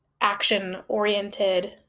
action-oriented